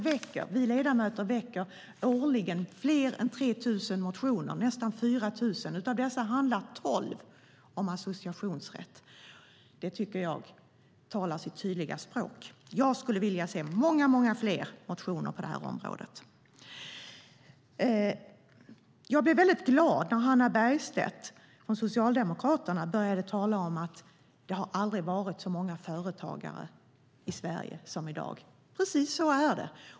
Vi ledamöter väcker årligen fler än 3 000 motioner; det är nästan 4 000. Av dessa handlar tolv om associationsrätt. Det tycker jag talar sitt tydliga språk. Jag skulle vilja se många fler motioner på detta område. Jag blev väldigt glad när Hannah Bergstedt från Socialdemokraterna började tala om att det aldrig har varit så många företagare i Sverige som i dag. Precis så är det.